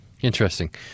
Interesting